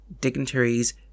dignitaries